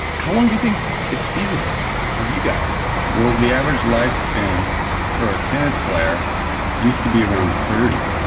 how long do you think it's feasible for you guys? well, the average lifespan for a tennis player used to be around thirty.